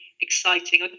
exciting